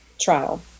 trial